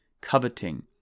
coveting